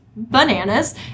Bananas